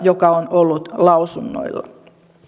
joka on ollut lausunnoilla